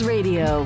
Radio